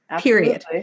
Period